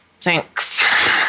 Thanks